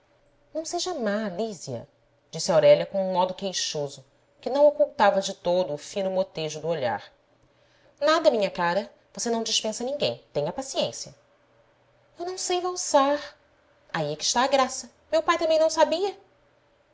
não seja má lísia disse aurélia com um modo queixoso que não ocultava de todo o fino motejo do olhar nada minha cara você não dispensa ninguém tenha paciência eu não sei valsar aí é que está a graça meu pai também não sabia